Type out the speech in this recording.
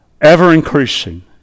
Ever-increasing